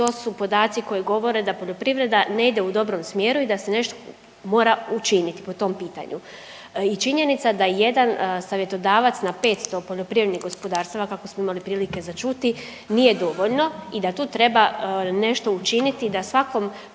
to su podaci koji govore da poljoprivreda ne ide u dobrom smjeru i da se nešto mora učiniti po tom pitanju. I činjenica da jedan savjetodavac na 500 poljoprivrednih gospodarstava kako smo imali prilike za čuti nije dovoljno i da tu treba nešto učiniti da svakom